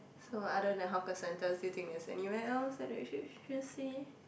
so other than hawker centers do you think there is anywhere else that we should should see